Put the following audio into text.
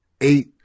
eight